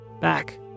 Back